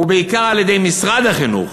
ובעיקר על-ידי משרד החינוך,